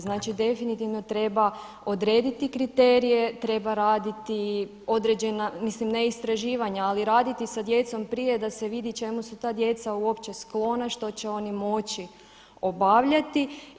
Znači definitivno treba odrediti kriterije, treba raditi određena, mislim ne istraživanja ali raditi sa djecom prije da se vidi čemu su ta djeca uopće sklona, što će oni moći obavljati.